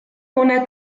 una